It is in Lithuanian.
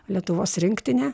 lietuvos rinktinę